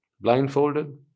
Blindfolded